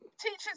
teachers